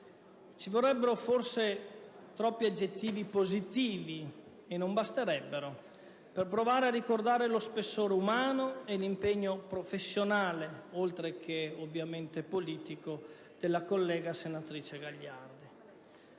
Ci vorrebbero forse troppi aggettivi positivi - e non basterebbero - per provare a ricordare lo spessore umano e l'impegno professionale, oltre che ovviamente politico, della collega senatrice Gagliardi.